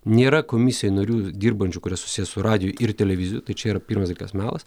nėra komisijoj narių dirbančių kurie susiję su radiju ir televizija tai čia yra pirmas dalykas melas